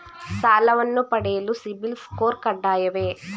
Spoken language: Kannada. ಸಾಲವನ್ನು ಪಡೆಯಲು ಸಿಬಿಲ್ ಸ್ಕೋರ್ ಕಡ್ಡಾಯವೇ?